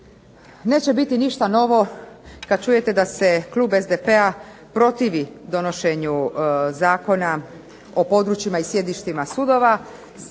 Neće biti ništa novo kad čujete da se klub SDP-a protivi donošenju Zakona o područjima i sjedištima sudova,